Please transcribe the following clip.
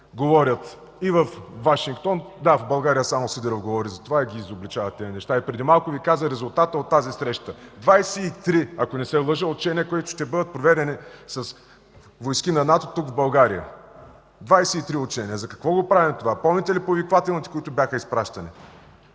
говорят във Вашингтон. Да, в България само Сидеров говори за това и изобличава тези неща. Преди малко Ви казах резултата от тази среща. Двадесет и три, ако не се лъжа, учения ще бъдат проведени с войски на НАТО тук, в България. Двадесет и три учения! За какво го правим това?! Помните ли повиквателните, които бяха изпращани?